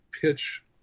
pitch